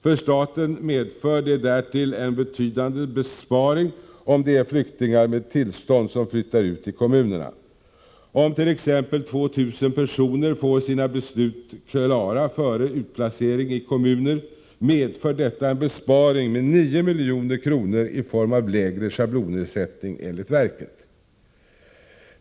För staten medför det därtill en betydande besparing om det är flyktingar med tillstånd som flyttar ut i kommunerna. Om t.ex. 2 000 personer får sina beslut klara före utplacering i kommuner medför detta en besparing med ca 9 milj.kr. i form av lägre schablonersättning, enligt verket.